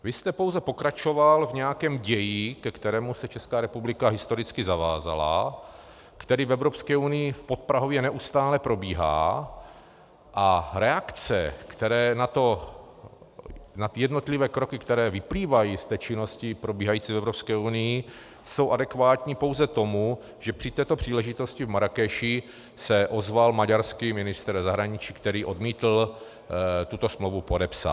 Vy jste pouze pokračoval v nějakém ději, ke kterému se Česká republika historicky zavázala, který v Evropské unii podprahově neustále probíhá, a reakce, které na jednotlivé kroky, které vyplývají z činnosti probíhající v Evropské unii, jsou adekvátní pouze tomu, že při této příležitosti v Marrákeši se ozval maďarský ministr zahraničí, který odmítl tuto smlouvu podepsat.